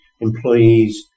employees